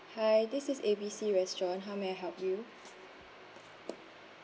hi this is A B C restaurant how may I help you